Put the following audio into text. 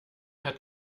hat